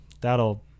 that'll